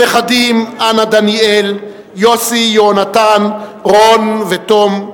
הנכדים, אנה, דניאל, יוסי, יהונתן, רון ותום,